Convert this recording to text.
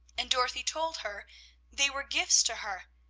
and dorothy told her they were gifts to her,